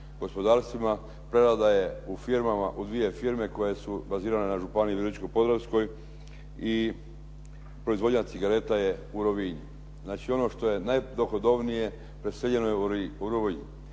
gospodarstvima, prerada je u firmama, u dvije firme koje su bazirane na Županiji virovitičko-podravskoj i proizvodnja cigareta je u Rovinju. Znači, ono što je najdohodovnije preseljeno je u Rovinj.